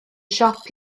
siop